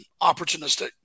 opportunistic